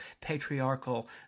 patriarchal